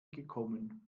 gekommen